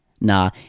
Nah